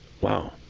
Wow